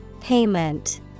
Payment